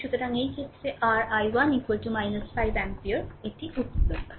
সুতরাং এই ক্ষেত্রে r I1 5 অ্যাম্পিয়ার এটি উত্তরদাতা